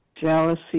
jealousy